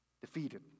defeated